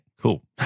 cool